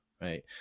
right